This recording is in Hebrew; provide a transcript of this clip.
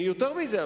יותר מזה,